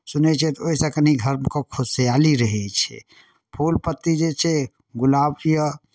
सुनैत छथि ओहिसँ कनि घरके खुशहाली रहै छै फूल पत्ती जे छै गुलाब यए